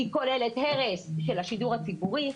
היא כוללת הרס של השידור הציבורי,